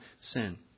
sin